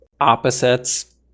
opposites